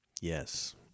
Yes